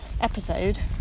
episode